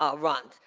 ah runs.